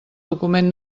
document